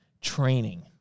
training